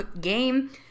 game